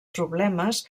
problemes